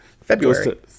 February